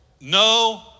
no